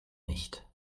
nicht